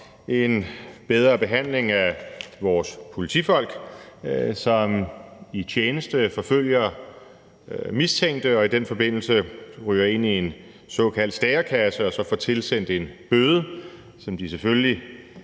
og bedre behandling af vores politifolk, som i tjeneste forfølger mistænkte og i den forbindelse ryger ind i en såkaldt stærekasse og så får tilsendt en bøde, som de selvfølgelig